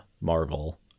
marvel